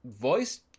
voice